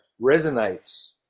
resonates